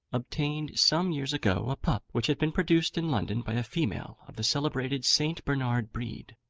obtained some years ago a pup, which had been produced in london by a female of the celebrated st. bernard breed.